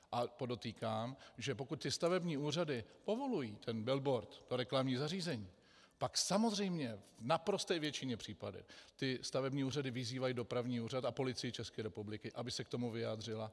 A podotýkám, že pokud stavební úřady povolují ten billboard, to reklamní zařízení, pak samozřejmě v naprosté většině případů stavební úřady vyzývají dopravní úřad a Policii ČR, aby se k tomu vyjádřila.